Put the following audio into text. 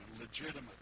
legitimate